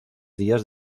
días